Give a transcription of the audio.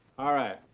alright,